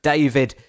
David